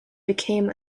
became